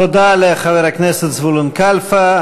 תודה לחבר הכנסת זבולון כלפה.